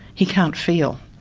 he can't feel,